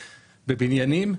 בבניינים,